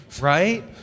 right